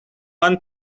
one